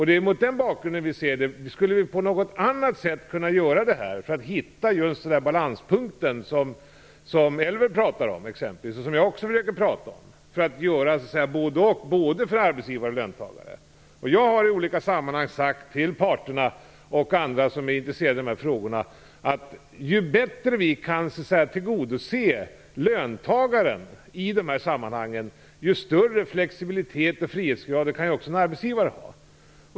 Det är mot den bakgrunden vi frågar oss om vi på något annat sätt skulle kunna hitta just en balanspunkt, som exempelvis Elver Jonsson pratar om och som också jag brukar prata om, så att både arbetsgivare och arbetstagare gynnas. Jag har i olika sammanhang sagt till parterna och andra som är intresserade av dessa frågor att ju bättre vi kan tillgodose löntagaren i dessa sammanhang, desto större blir flexibiliteten och friheten för arbetsgivaren.